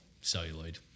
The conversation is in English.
celluloid